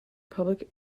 public